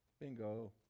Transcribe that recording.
Bingo